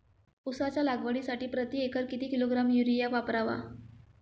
उसाच्या लागवडीसाठी प्रति एकर किती किलोग्रॅम युरिया वापरावा?